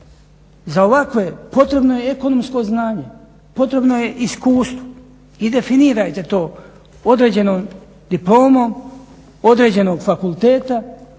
za ovakve potrebno je ekonomsko znanje, potrebno je iskustvo, i definirajte to određenom diplomom, određenog fakulteta,